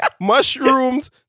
mushrooms